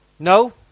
No